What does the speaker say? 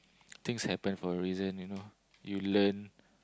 things happen for a reason you know you learn